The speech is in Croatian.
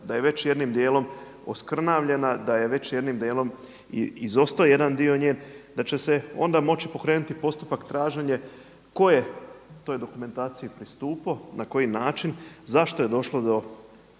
da je već jednim dijelom oskrnavljena, da je već jednim dijelom i izostao jedan dio njen, da će se onda moći pokrenuti postupak traženje tko je toj dokumentaciji pristupao, na koji način, zašto je došlo do